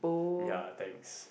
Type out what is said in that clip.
ya thanks